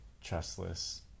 trustless